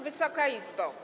Wysoka Izbo!